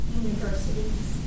universities